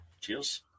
Cheers